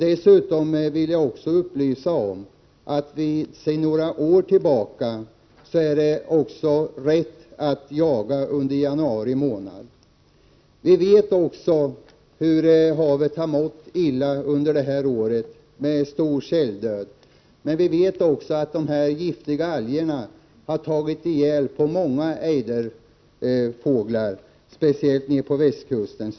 Dessutom vill jag upplysa om att sedan några år tillbaka är det tillåtet att jaga under januari månad. Vi vet att havet har mått illa det senaste året, med stor säldöd. Faktum är att de giftiga algerna också har tagit död på ett stort antal ejdrar, speciellt på västkusten.